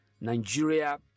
Nigeria